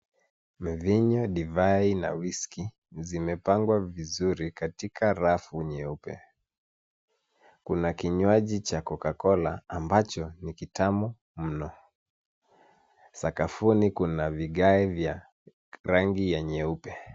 Mvinyo, divai na whisky zimepangwa vizuri katika rafu nyeupe. Kuna kinywaji cha coca-cola ambacho ni kitamu mno. Sakafuni kuna vigae vya rangi ya nyeupe.